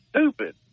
stupid